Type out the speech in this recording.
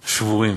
ושבורים.